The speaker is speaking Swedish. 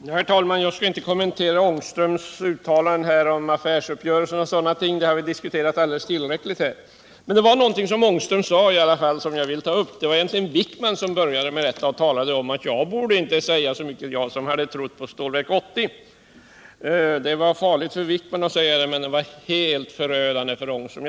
Herr talman! Jag skall inte kommentera herr Ångströms uttalande om affärsuppgörelser och sådana ting. Det har vi diskuterat alldeles tillräckligt här. Men det var något som herr Ångström sade som jag vill ta upp. Det var egentligen Anders Wijkman som sade att jag som hade trott på Stålverk 80 inte borde säga så mycket. Det var farligt för Anders Wijkman att säga detta men det var helt förödande för herr Ångström.